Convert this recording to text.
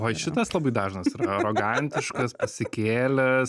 oi šitas labai dažnas yra arogantiškas pasikėlęs